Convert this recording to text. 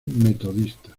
metodista